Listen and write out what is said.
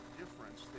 difference